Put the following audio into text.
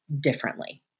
differently